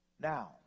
Now